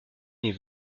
n’est